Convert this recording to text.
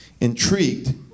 Intrigued